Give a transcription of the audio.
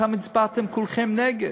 אתם הצבעתם כולכם נגד.